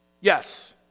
Yes